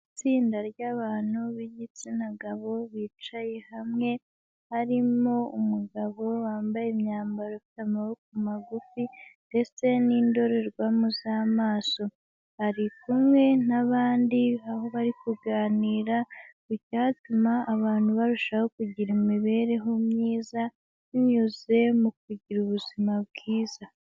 Itsinda ry'abantu b'igitsina gabo bicaye hamwe, harimo umugabo wambaye imyambaro ifite amaboko magufi ndetse n'indorerwamo z'amaso, ari kumwe n'abandi, aho bari kuganira ku cyatuma abantu barushaho kugira imibereho myiza binyuze mu kugira ubuzima bwiza.